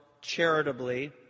charitably